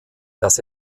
das